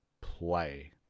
play